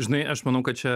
žinai aš manau kad čia